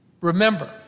Remember